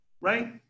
right